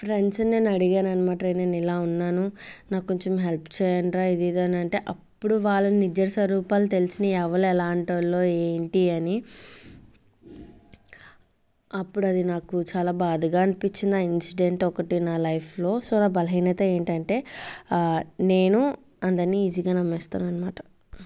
ఫ్రెండ్స్ని నేను అడిగాను అనమాట రే నేను ఇలా ఉన్నాను నాకు కొంచెం హెల్ప్ చేయండిరా ఇది ఇది అంటే అప్పుడు వాళ్ల నిజస్వరూపాలు తెలిసినాయి ఎవలు ఎలాంటోలో ఏంటి అని అప్పుడు అది నాకు చాలా బాధగా అనిపించింది ఆ ఇన్సిడెంట్ ఒకటి నా లైఫ్లో సో నా బలహీనత ఏంటంటే నేను అందరిని ఈజీగా నమ్మేస్తాను అనమాట